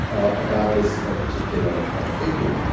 about this particular figure.